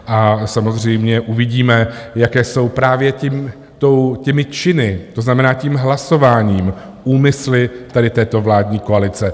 A samozřejmě uvidíme, jaké jsou, právě těmi činy, to znamená tím hlasováním, úmysly tady této vládní koalice.